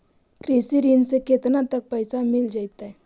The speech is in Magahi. कृषि ऋण से केतना तक पैसा मिल जइतै?